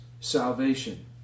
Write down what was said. salvation